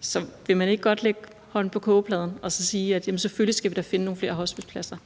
Så vil man ikke godt lægge hånden på kogepladen og sige, at selvfølgelig skal vi da finde nogle flere hospicepladser?